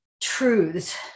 truths